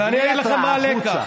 ואני אגיד לכם מה הלקח.